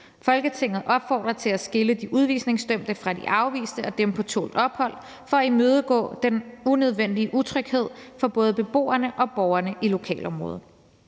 Folketinget opfordrer til at skille de udvisningsdømte fra de afviste og dem på tålt ophold for at imødegå den unødvendige utryghed for både beboerne og borgerne i lokalområdet.